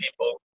people